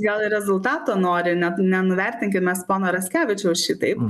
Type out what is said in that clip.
gal rezultato nori net nenuvertinkim mes pono raskevičiaus šitaip